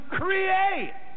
create